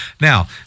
Now